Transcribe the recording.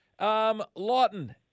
Lawton